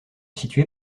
situés